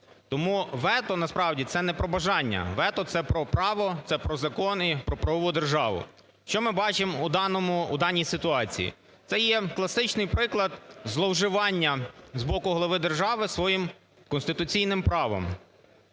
Тому вето насправді – це не про бажання, вето – це про право, це про закони і про правову державу. Що ми бачимо у даній ситуації? Це є класичний приклад зловживання з боку глави держави своїм конституційним правом.